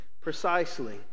precisely